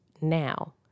now